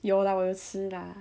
有 lah 我有吃 lah